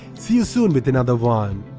see you soon with another one!